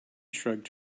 shrugged